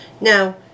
Now